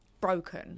broken